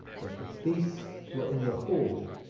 but the police were in the hall,